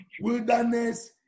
Wilderness